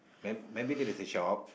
may maybe that is a shop